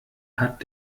hat